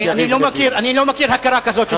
אני לא מכיר הכרה כזאת של דמוקרטיה.